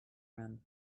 run